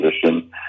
position